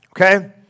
Okay